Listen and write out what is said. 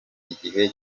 igihe